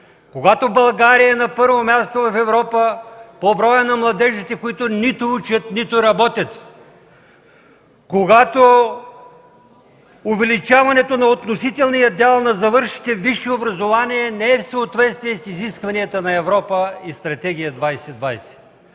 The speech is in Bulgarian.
Когато България е на първо място в Европа по броя на младежите, които нито учат, нито работят, когато увеличаването на относителния дял на завършилите висше образование не е в съответствие с изискванията на Европа и Стратегия 2020.